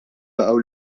baqgħu